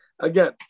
Again